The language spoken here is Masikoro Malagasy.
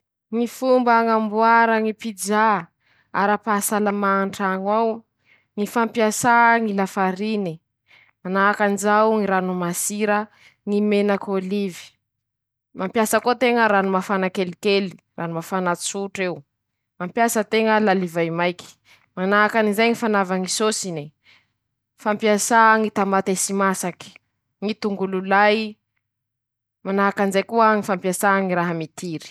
Ñy fomba añamboara ñy pizza. ara-pahasalamà an-traño ao :ñy fampiasà ñy lafariny. manahaky anizao ñy rano masira. ñy menaky ôlivy ;mampiasa koa teña rano mafana kelikely. rano mafana tsotr'eo ;mampiasa teña lalivay maiky ;manahaky anizay ñy fanaova ñy sôsine. fampiasà ñy tamatesy masaky. ñy tongolo lay manahaky anizay koa ñy fampiasà ñy raha mitiry.